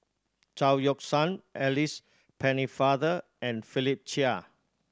Chao Yoke San Alice Pennefather and Philip Chia